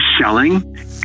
selling